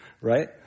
right